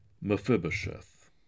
Mephibosheth